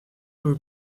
door